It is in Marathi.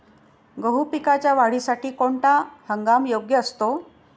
गहू पिकाच्या वाढीसाठी कोणता हंगाम योग्य असतो?